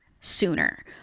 sooner